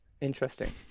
Interesting